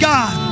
God